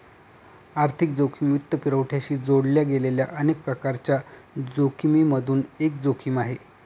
आर्थिक जोखिम वित्तपुरवठ्याशी जोडल्या गेलेल्या अनेक प्रकारांच्या जोखिमिमधून एक जोखिम आहे